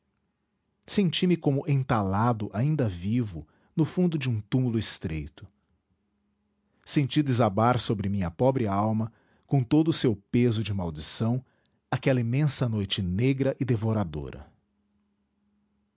a língua senti-me como entalado ainda vivo no fundo de um túmulo estreito senti desabar sobre minha pobre alma com todo o seu peso de maldição aquela imensa noite negra e devoradora